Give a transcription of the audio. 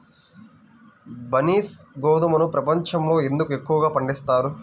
బన్సీ గోధుమను ప్రపంచంలో ఎందుకు ఎక్కువగా పండిస్తారు?